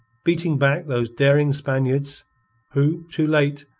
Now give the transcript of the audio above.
beating back those daring spaniards who, too late,